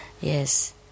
Yes